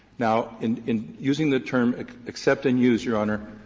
now, in in using the term accept and use, your honor,